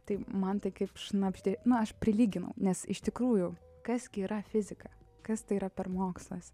taip man tai kaip šnabždė na aš prilyginu nes iš tikrųjų kas gi yra fizika kas tai yra per mokslas